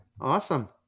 Awesome